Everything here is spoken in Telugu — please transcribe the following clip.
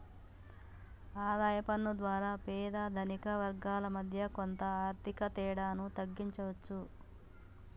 ఆదాయ పన్ను ద్వారా పేద ధనిక వర్గాల మధ్య కొంత ఆర్థిక తేడాను తగ్గించవచ్చు